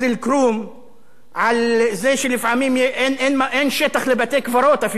על זה שלפעמים אין שטח לבתי-קברות אפילו בחלק מהיישובים,